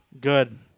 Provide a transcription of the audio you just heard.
Good